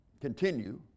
continue